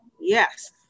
Yes